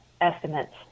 estimates